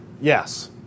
Yes